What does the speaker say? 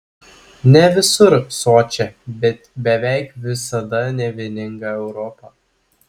ne visur sočią bet beveik visada nevieningą europą